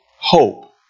hope